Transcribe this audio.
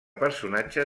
personatge